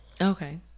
Okay